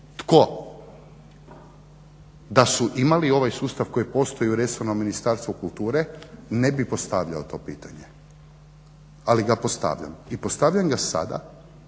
Tko? Da su imali ovaj sustav koji je postojao u resornom Ministarstvu kulture ne bi postavljao to pitanje ali ga postavljam i postavljam ga sada